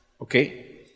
Okay